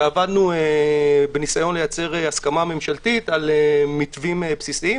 ועבדנו בניסיון לייצר הסכמה ממשלתית על מתווים בסיסיים.